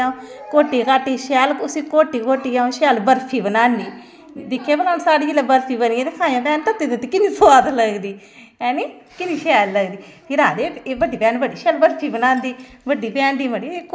इयां ऐग्रीकलच्र दे माहीरें कोला अस पुछदे रौह्ने आं बाकी गंदम गी घा मार बिच्च घाह् बूट पौंदा ऐ उह्दे मारने बास्तै अस दवाई तुप्पदे रौह्ने आं दवाई सारी नकली अवा दी ऐ